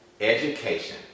education